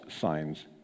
signs